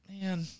man